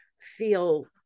feel